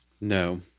No